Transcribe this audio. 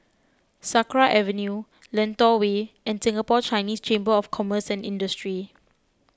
Sakra Avenue Lentor Way and Singapore Chinese Chamber of Commerce and Industry